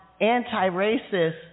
anti-racist